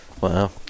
Wow